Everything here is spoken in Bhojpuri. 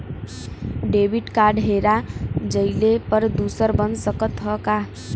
डेबिट कार्ड हेरा जइले पर दूसर बन सकत ह का?